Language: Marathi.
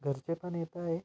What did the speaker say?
घरचे पण येत आहे